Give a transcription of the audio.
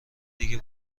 دیگه